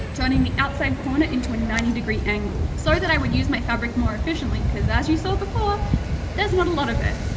turning the outside corner into a ninety degree angle, so that i would use my fabric more efficiently, coz as you saw before there's not a lot of it!